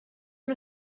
una